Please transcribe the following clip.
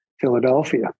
philadelphia